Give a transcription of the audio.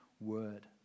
word